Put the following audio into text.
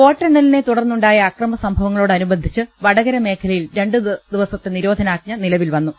വോട്ടെണ്ണലിനെ തുടർന്നുണ്ടായ ആക്രമസംഭവങ്ങളോടനുബ ന്ധിച്ച് വടകര മേഖലയിൽ രണ്ടുദീവസ്ത്തെ നിരോധനാജ്ഞ നില വിൽ വന്നു